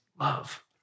love